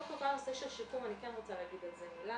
קודם כל כל הנושא של שיקום אני כן רוצה להגיד על זה מילה.